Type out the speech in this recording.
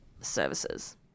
services